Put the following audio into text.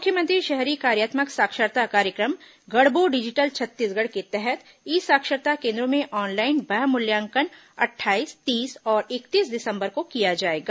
मुख्यमंत्री शहरी कार्यात्मक साक्षरता कार्यक्रम गढ़बो डिजिटल छत्तीसगढ़ के तहत ई साक्षरता केन्द्रों में ऑनलाइन बाहृय मूल्यांकन अट्ठाईस तीस और इकतीस दिसंबर को किया जाएगा